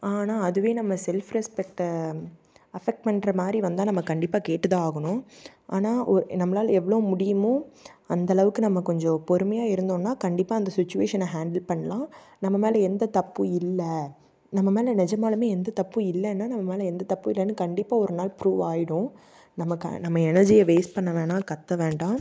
ஆனால் அதுவே நம்ம செல்ஃப் ரெஸ்பெக்ட்டை அஃபெக்ட் பண்ற மாதிரி வந்தால் நம்ம கண்டிப்பாக கேட்டுத்தான் ஆகணும் ஆனால் ஒரு நம்மளால் எவ்வளோ முடியுமோ அந்தளவுக்கு நம்ம கொஞ்சம் பொறுமையாக இருந்தோனால் கண்டிப்பாக அந்த சுச்சுவேஷனை ஹாண்டில் பண்ணலாம் நம்ம மேலே எந்த தப்பும் இல்லை நம்ம மேலே நிஜமாலுமே எந்த தப்பும் இல்லைன்னா நம்ம மேலே எந்த தப்பும் இல்லைனு கண்டிப்பாக ஒரு நாள் ப்ரூவ் ஆகிடும் நம்ம க நம்ம எனர்ஜியை வேஸ்ட் பண்ண வேணாம் கத்த வேண்டாம்